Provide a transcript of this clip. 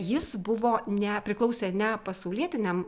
jis buvo ne priklausė ne pasaulietiniam